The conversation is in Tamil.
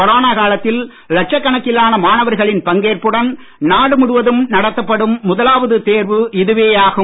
கொரோனா காலத்தில் லட்சக்கணக்கிலான மாணவர்களின் பங்கேற்புடன் நாடு முழுவதும் நடத்தப்படும் முதலாவது தேர்வு இதுவேயாகும்